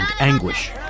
anguish